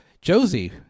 Josie